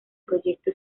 proyecto